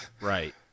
Right